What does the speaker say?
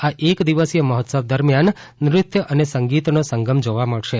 આ એક દિવસીય મહોત્સવ દરમ્યાન નૃત્ય અને સંગીતનો સંગમ જોવા મળશે